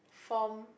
form